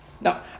Now